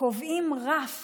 קובעים רף